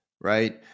right